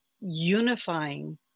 unifying